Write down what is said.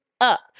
up